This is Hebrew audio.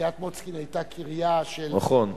וקריית-מוצקין היתה קריה של "יקים" נכון.